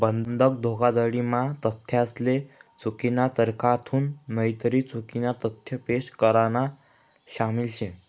बंधक धोखाधडी म्हा तथ्यासले चुकीना तरीकाथून नईतर चुकीना तथ्य पेश करान शामिल शे